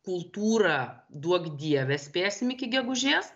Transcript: kultūrą duok dieve spėsim iki gegužės